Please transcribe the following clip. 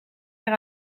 weer